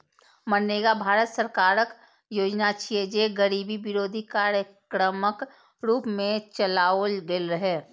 मनरेगा भारत सरकारक योजना छियै, जे गरीबी विरोधी कार्यक्रमक रूप मे चलाओल गेल रहै